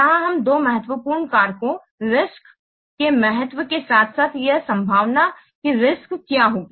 यहां हम दो महत्वपूर्ण कारकों रिस्क् के महत्व के साथ साथ यह संभावना की रिस्क् क्या होगी